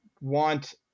want